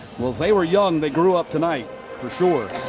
well, they were young, they grew up tonight for sure.